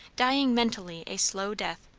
dying mentally a slow death,